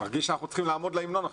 מרגיש שאנחנו צריכים לעמוד להמנון עכשיו.